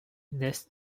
inès